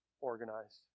organized